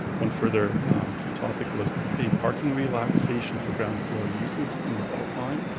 one further key topic was a parking relaxation for ground floor uses in the beltline.